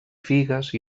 figues